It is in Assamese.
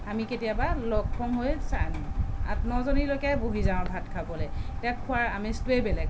আমি কেতিয়াবা লগ পম হৈ আঠ ন জনীলৈকে বহি যাওঁ ভাত খাবলে ইয়াত খোৱাৰ আমেজটোৱেই বেলেগ